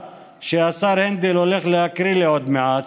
שהשר הנדל הולך להקריא לי עוד מעט,